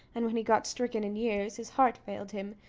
and when he got stricken in years, his heart failed him,